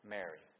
Mary